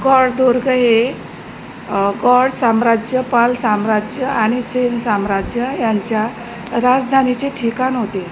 गौड दुर्ग हे गौड साम्राज्य पाल साम्राज्य आणि सेन साम्राज्य यांच्या राजधानीचे ठिकाण होते